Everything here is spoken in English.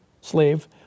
slave